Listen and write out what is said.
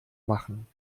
machen